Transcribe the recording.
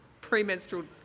premenstrual